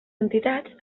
entitats